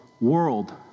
world